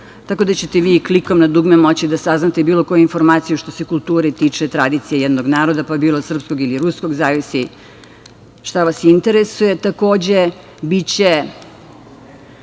tako da ćete vi klikom na dugme moći da saznate bilo koje informacije što se kulture tiče i tradicije jednog naroda, bilo srpskog ili ruskog, zavisi šta vas interesuje. Takođe,